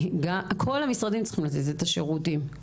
כל המשרדים צריכים לתת את השירותים,